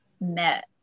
met